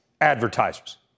advertisers